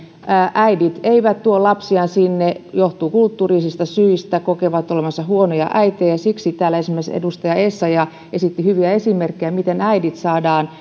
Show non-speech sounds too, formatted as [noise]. äidit eivät tuo lapsiaan sinne se johtuu kulttuurisista syistä he kokevat olevansa huonoja äitejä ja siksi täällä esimerkiksi edustaja essayah esitti hyviä esimerkkejä miten äidit saadaan [unintelligible]